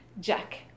Jack